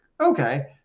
okay